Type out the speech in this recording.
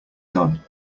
done